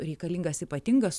reikalingas ypatingas